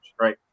right